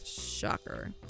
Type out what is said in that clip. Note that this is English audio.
shocker